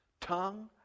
tongue